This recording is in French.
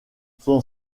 son